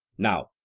now,